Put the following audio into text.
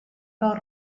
pèl